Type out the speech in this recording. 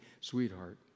sweetheart